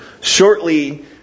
shortly